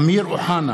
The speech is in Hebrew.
אמיר אוחנה,